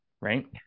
right